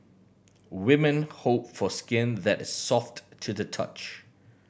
women hope for skin that is soft to the touch